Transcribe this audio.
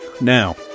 Now